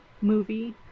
movie